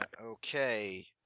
Okay